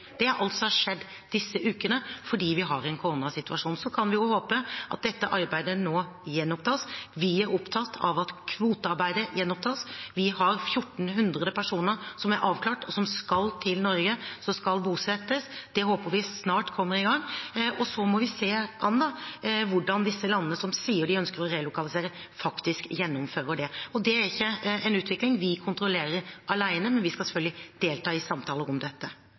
Det er alt som har skjedd disse ukene fordi vi har en koronasituasjon. Vi kan jo håpe at dette arbeidet nå gjenopptas. Vi er opptatt av at kvotearbeidet gjenopptas. Vi har 1 400 personer som er avklart, og som skal til Norge og bosettes. Det håper vi snart kommer i gang. Så må vi se an hvordan disse landene som sier at de ønsker å relokalisere, faktisk gjennomfører det. Det er ikke en utvikling vi alene kontrollerer, men vi skal selvfølgelig delta i samtaler om dette.